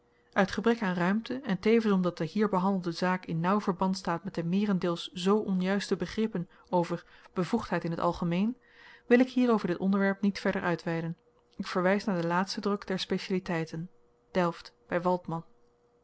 uit gebrek een ruimte en tevens omdat de hier behandelde zaak in nauw verband staat met de meerendeels zoo onjuiste begrippen over bevoegdheid in t algemeen wil ik hier over dit onderwerp niet verder uitweiden ik verwys naar den laatsten druk der specialiteiten